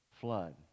flood